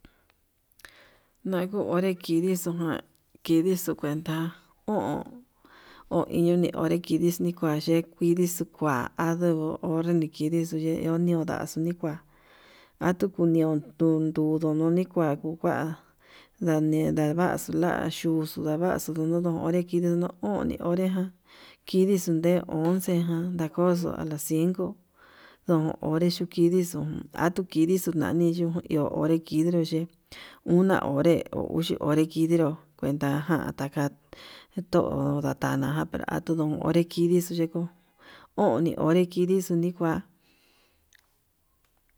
Nakuu onre kidixun ján kidixu kuenta o'on, hoiñoni ndekidix nikua ndekudixu kua'a nduu onre nikidixu kué ndodio nikua, atuu kuniun ndu tuu nikua nilaxu naxuxhu ndavaxu ore nikidii no'o oni onreján, kidixuu nde once ján ndakoxo alas cinco ndo onre yukidixo atuu kidixo nani yuu uun iho kidixu ye'é una onre o uxi onre kidinró kuenta jan taka ndo'o nadan kuduu onré kidixu xheko, oni onrexo kidixu nikua.